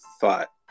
thought